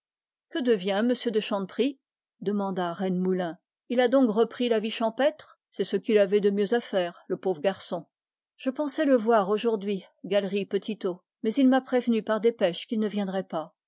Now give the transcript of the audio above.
que devient m de chanteprie demanda rennemoulin il a donc repris la vie champêtre c'est ce qu'il avait de mieux à faire le pauvre garçon je pensais le voir aujourd'hui mais il m'a prévenue qu'il ne viendrait pas